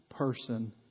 person